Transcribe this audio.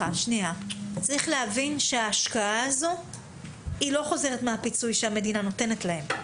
צריך להבין שההשקעה הזאת לא חוזרת מהפיצוי שהמדינה נותנת להם.